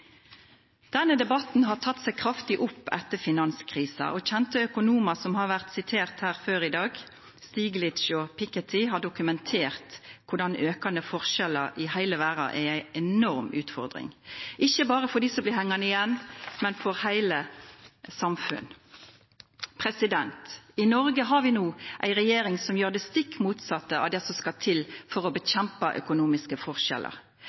Denne debatten har tatt seg kraftig opp etter finanskrisen, og kjente økonomer som har vært sitert her før i dag, Stiglitz og Piketty, har dokumentert hvordan økende forskjeller i hele verden er en enorm utfordring, ikke bare for dem som blir hengende igjen, men for hele samfunn. I Norge har vi nå en regjering som gjør det stikk motsatte av det som skal til for å bekjempe økonomiske forskjeller.